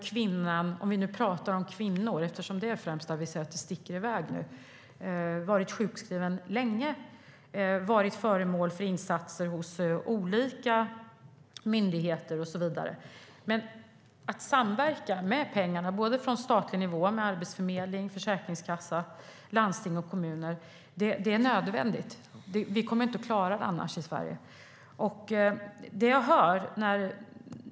Kvinnorna - vi talar om kvinnor eftersom det främst är där vi ser att sjukskrivningarna sticker iväg - har varit sjukskrivna länge, varit föremål för insatser hos olika myndigheter och så vidare. Att samverka såväl från statlig nivå med Arbetsförmedlingen och Försäkringskassan som från landstingen och kommunerna är nödvändigt vad gäller finansieringen. Annars kommer vi inte att klara det i Sverige.